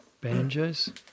banjos